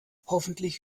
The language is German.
hoffentlich